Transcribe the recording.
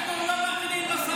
אנחנו לא מאמינים לשר